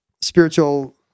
spiritual